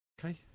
Okay